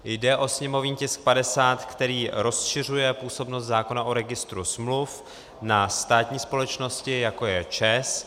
Jde o sněmovní tisk 50, který rozšiřuje působnost zákona o registru smluv na státní společnosti, jako je ČEZ.